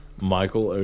Michael